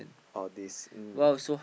all these mm